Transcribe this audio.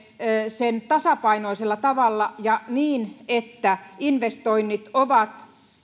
sen tasapainoisella tavalla ja niin että investoinnit ovat